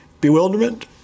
bewilderment